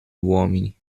uomini